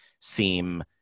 seem